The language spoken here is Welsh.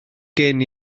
gen